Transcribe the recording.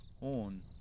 horn